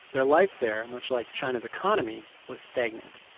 their life there much like china's economy was stagnant.